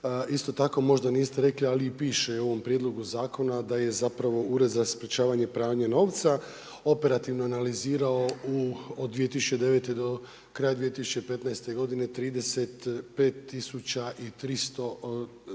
Isto tako možda niste rekli, ali piše u ovom prijedlogu zakona da je Ured za sprečavanje pranja novca operativno analizirao od 2009. do kraja 2015. godine 35300